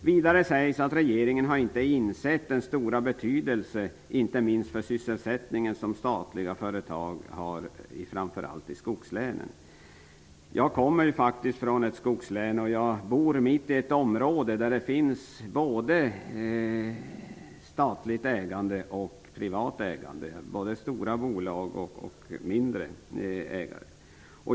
Vidare sägs att regeringen inte har insett den stora betydelse, inte minst för sysselsättningen, som statliga företag har framför allt i skogslänen. Jag kommer faktiskt från ett skogslän. Jag bor mitt i ett område där det finns både statligt ägande och privat ägande, både stora bolag och mindre ägare.